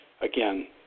Again